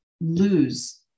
lose